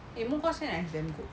eh 木瓜鲜奶 is damn good